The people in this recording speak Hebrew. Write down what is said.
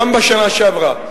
גם בשנה שעברה,